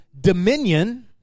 dominion